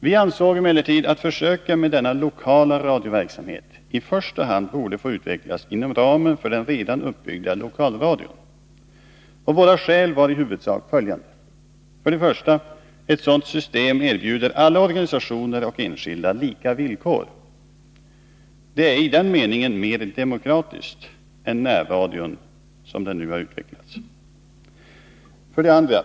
Vi ansåg emellertid att försöken med denna lokala radioverksamhet i första hand borde få utvecklas inom ramen för den redan uppbyggda lokalradion. Våra skäl var i huvudsak följande: 1. Ett sådant system erbjuder alla organisationer och enskilda lika villkor. Det är i den meningen mera demokratiskt än närradion, som den nu har utvecklats. 2.